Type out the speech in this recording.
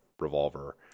revolver